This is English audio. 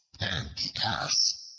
and the ass